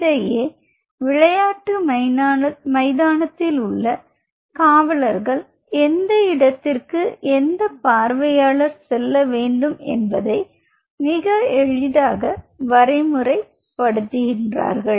இதையே விளையாட்டு மைதானத்தில் உள்ள காவலர்கள் எந்த இடத்திற்கு வந்த பார்வையாளர் செல்ல வேண்டும் என்பதை மிக எளிதாக வரைமுறை படுத்துகிறார்கள்